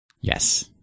Yes